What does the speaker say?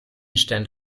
stand